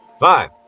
Five